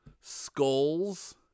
skulls